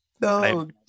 No